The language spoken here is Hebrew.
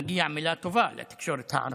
מגיעה מילה טובה לתקשורת הערבית,